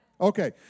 Okay